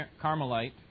Carmelite